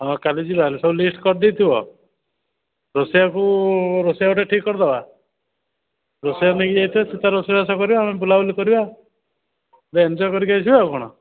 ହଁ କାଲି ଯିବା ସବୁ ଲିଷ୍ଟ୍ କରି ଦେଇଥିବ ରୋଷେୟାକୁ ରୋଷେୟା ଗୋଟେ ଠିକ୍ କରିଦେବା ରେଷେୟା ନେଇକି ଯାଇଥିବା ସେ ତା'ର ରୋଷେଇ ବାସ କରିବ ଆମେ ବୁଲା ବୁଲି କରିବା ଗୋଟେ ଏନ୍ଜଏ କରିକି ଆସିବା ଆଉ କ'ଣ